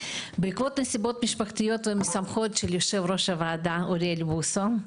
בעקבות נסיבות משפחתיות משמחות של יו"ר הוועדה אוריאל בוסו,